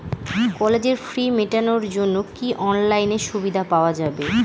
কলেজের ফি মেটানোর জন্য কি অনলাইনে সুবিধা পাওয়া যাবে?